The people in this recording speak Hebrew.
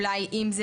אולי אם זה